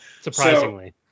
surprisingly